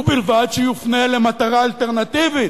ובלבד שיופנה למטרה אלטרנטיבית